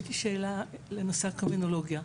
יש לי שאלה לנושא הקרימינולוגיה: